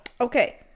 okay